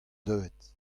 deuet